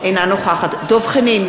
אינה נוכחת דב חנין,